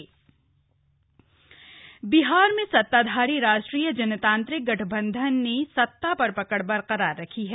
बिहार चुनाव बिहार में सत्ताधारी राष्ट्रीय जनतांत्रिक गठबंधन ने सत्ता पर पकड़ बरकरार रखी है